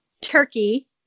turkey